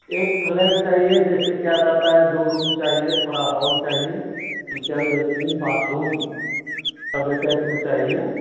एक फ्लैट चाहिए जैसे क्या कहता है दो रूम चाहिए थोड़ा हॉल चाहिए कीचन लेट्रिन बाथरूम सब अटैच में चाहिए